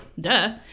Duh